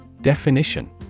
Definition